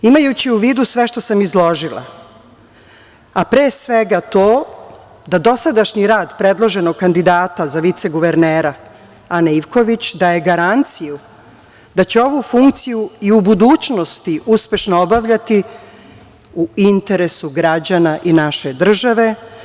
Imajući u vidu sve što sam izložila, a pre svega to da dosadašnji rad predloženog kandidata za viceguvernera Ane Ivković daje garanciju da će ovu funkciju i u budućnosti uspešno obavljati u interesu građana i naše države.